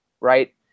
right